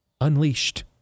unleashed